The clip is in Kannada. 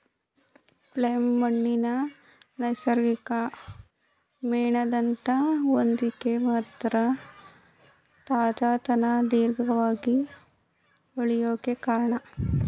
ಪ್ಲಮ್ ಹಣ್ಣಿನ ನೈಸರ್ಗಿಕ ಮೇಣದಂಥ ಹೊದಿಕೆ ಇದರ ತಾಜಾತನ ದೀರ್ಘವಾಗಿ ಉಳ್ಯೋಕೆ ಕಾರ್ಣ